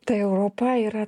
tai europa yra